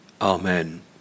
Amen